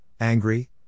angry